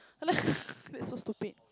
that's so stupid